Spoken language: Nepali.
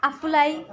आफूलाई